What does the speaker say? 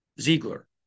Ziegler